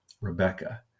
Rebecca